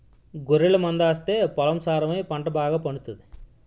గొర్రెల మందాస్తే పొలం సారమై పంట బాగాపండుతాది